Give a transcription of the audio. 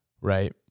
Right